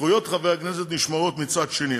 זכויות חברי הכנסת נשמרות, מצד שני.